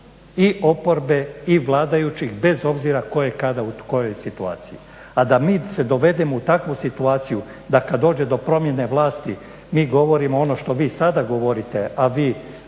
i oporbe i vladajućih bez obzira tko je kada u kojoj situaciji. A da mi se dovedemo u takvu situaciju da kad dođe do promjene vlasti mi govorimo ono što vi sada govorite, a vi